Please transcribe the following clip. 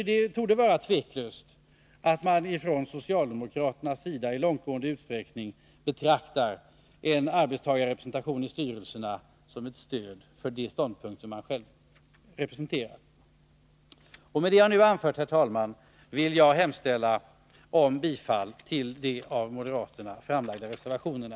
Det torde vara — Nr 101 tveklöst att socialdemokraterna i långtgående utsträckning betraktar en ER Torsdagen den arbetstagarrepresentation i styrelserna som ett stöd för de ståndpunkter de 17 mars 1983 själva representerar. Med vad jag nu anfört, herr talman, vill jag hemställa om bifall till de av Föräldraförsäkmoderaterna avgivna reservationerna.